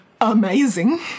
amazing